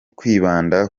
kwibanda